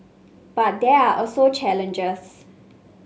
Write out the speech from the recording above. but there are also challenges